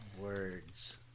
words